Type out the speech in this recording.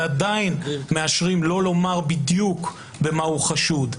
ועדיין מאשרים לא לומר בדיוק במה הוא חשוד.